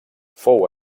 fou